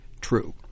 true